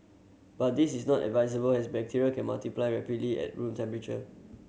but this is not advisable as bacteria can multiply rapidly at room temperature